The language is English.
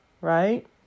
Right